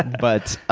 but